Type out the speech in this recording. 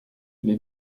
les